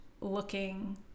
looking